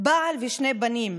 בעל ושני בנים,